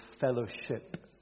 fellowship